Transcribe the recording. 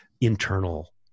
internal